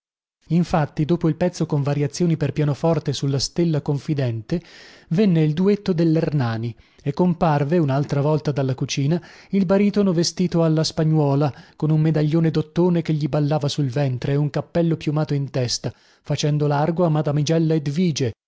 infatti dopo il pezzo con variazioni per pianoforte sulla stella confidente venne il duetto dellernani e comparve unaltra volta dalla cucina il baritono vestito alla spagnuola con un medaglione dottone che gli ballava sul ventre e un cappello piumato in testa facendo largo a madamigella edvige